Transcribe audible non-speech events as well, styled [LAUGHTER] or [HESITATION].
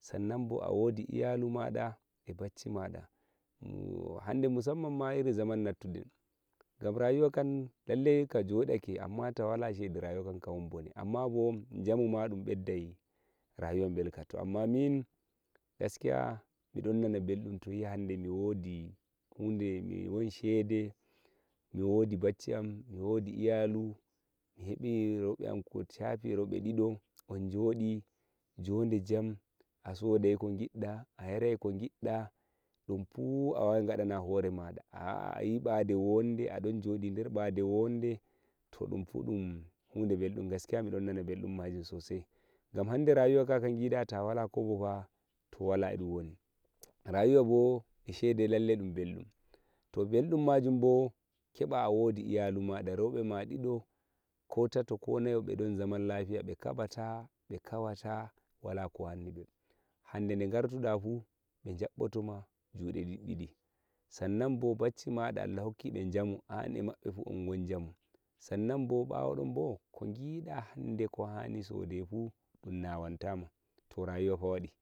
san nan bo a wodi iyalumada eh bachimada hande mu sammanma iri zaman nattuden gam rayu kan lallai [HESITATION] ka jodake amma tawala shede rayuwakam won bone bo jamuma dum meddai rayuwa belka min gaskiya midom nana beldun yia hande mi wodi shedi mi wodi bachiam mi wodi iyalu mihebe rewbeam koshafi rewbe dido on jodi jode jam a sodai ko gidda a yarai ko gidda dumpu dun hude beldun gaskiya mi don nana beldun majun sosai tawalata kobota to wala edun woni rayuwabo shede lallai dun beldum to beldum majun bo keba iyalumada rawbe ma dido ko tato ko nayo medon zaman lafiya be kabata me reheta wala ko wennibe hande de gartuda fu bejommete jude diddidi san nan bo bacci mada Allah rokkibe jamu an e bamtu ungon jamu sannan bo bawodonbo gida ko hanifu dun newantama to rayuta wadi